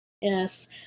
Yes